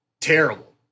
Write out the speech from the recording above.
terrible